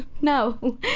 No